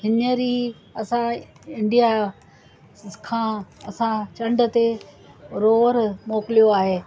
हींअर ई असां इंडिया खां असां चंड ते रोअर मोकिलियो आहे